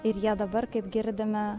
ir jie dabar kaip girdime